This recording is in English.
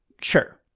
Sure